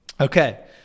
okay